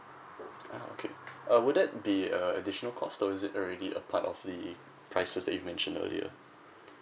ah okay uh would that be err additional cost or is it already a part of the prices that you mentioned earlier